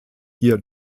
ihr